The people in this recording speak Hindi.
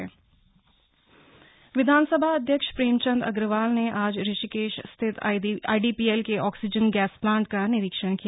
ऋषिकेश विधानसभा अध्यक्ष प्रेमचंद अग्रवाल ने आज ऋषिकेश स्थित आईडीपीएल के ऑक्सीजन गैस प्लांट का निरीक्षण किया